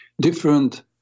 Different